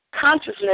consciousness